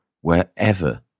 wherever